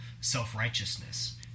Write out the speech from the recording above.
self-righteousness